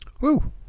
Woo